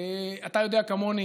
אתה יודע כמוני,